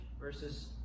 Verses